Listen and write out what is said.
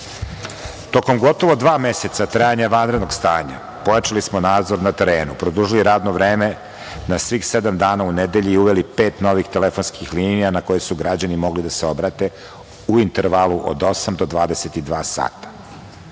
Roma. Tokom gotovo dva meseca trajanja vanrednog stanja, pojačali smo nadzor na terenu, produžili radno vreme na svih sedam dana u nedelji i uveli pet novih telefonskih linija ne koje su građani mogli da se obrate u intervalu od osam do 22 sata.